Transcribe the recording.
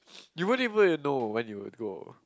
you won't even you know when you would go